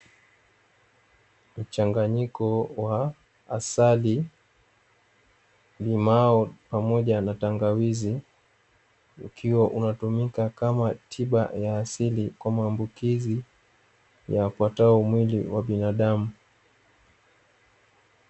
Mchanganyiko wa asali, limao, pamoja na tangawizi ukiwa unatumika kama tiba ya asili kwa maambukizi yaupatao mwili wa binadamu.